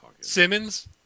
Simmons